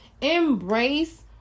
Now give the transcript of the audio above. embrace